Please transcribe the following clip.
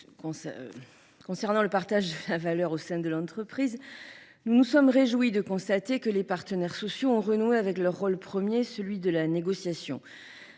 relatif au partage de la valeur au sein de l’entreprise, nous nous sommes réjouis de constater que les partenaires sociaux avaient renoué avec leur rôle premier, celui de la négociation.